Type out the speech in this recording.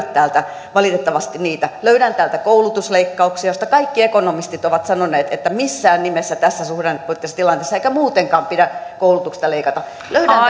täältä valitettavasti niitä löydän täältä koulutusleikkauksia joista kaikki ekonomistit ovat sanoneet että missään nimessä ei tässä suhdannepoliittisessa tilanteessa eikä muutenkaan pidä koulutuksesta leikata löydän täältä niitä